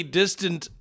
distant